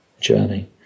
journey